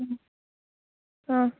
ꯎꯝ ꯑꯥ